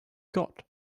got